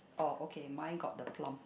orh okay mine got the plum